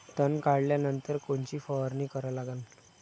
तन काढल्यानंतर कोनची फवारणी करा लागन?